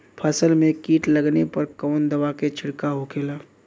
फसल में कीट लगने पर कौन दवा के छिड़काव होखेला?